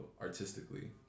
artistically